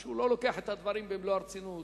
או שהוא לא לוקח את הדברים במלוא הרצינות,